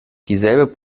dieselbe